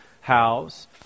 house